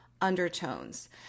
undertones